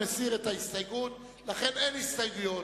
לכן, אין הסתייגות